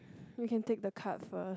we can take the card first